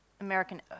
American